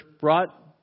brought